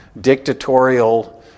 dictatorial